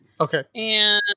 Okay